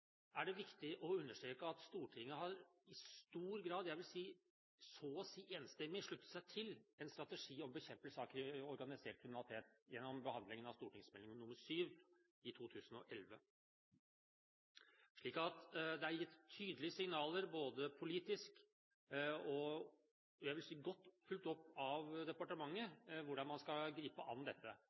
viktig å understreke at Stortinget i stor grad, jeg vil si så å si enstemmig, i 2011 sluttet seg til en strategi for bekjempelse av organisert kriminalitet gjennom behandlingen av Meld. St. 7 for 2010–2011, slik at det er gitt tydelige signaler politisk, og jeg vil si det er godt fulgt opp av departementet hvordan man skal gripe dette an.